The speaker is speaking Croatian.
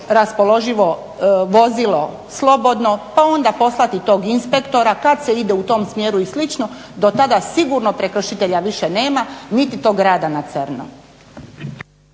raspoloživo vozilo slobodno pa onda poslati tog inspektora kada se ide u tom smjeru i slično do tada sigurno prekršitelja sigurno nema niti tog rada na crno.